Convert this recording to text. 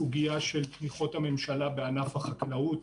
תמיכות הממשלה בענף החקלאות.)